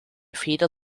feder